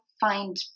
find